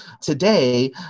today